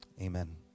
Amen